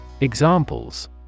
Examples